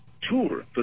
tour